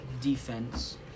defense